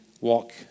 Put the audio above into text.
walk